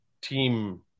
team